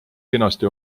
kenasti